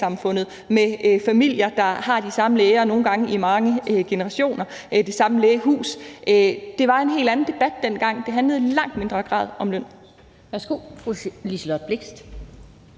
har de samme læger og det samme lægehus, nogle gange i mange generationer. Det var en helt anden debat dengang, og det handlede i langt mindre grad om løn.